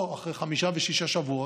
פה, אחרי חמישה ושישה שבועות,